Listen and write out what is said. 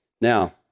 Now